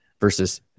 versus